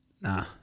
nah